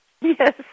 Yes